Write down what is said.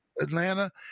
Atlanta